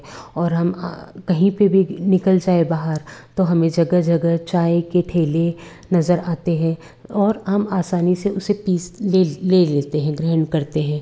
और हम कहीं पर भी निकल जाएँ बाहर तो हमें जगह जगह चाय के ठेले नज़र आते हैं और हम आसानी से उसे पी ले लेते हैं ग्रहण करते हैं